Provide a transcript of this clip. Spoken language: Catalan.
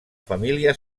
família